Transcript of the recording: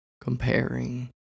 comparing